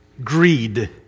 Greed